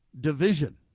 division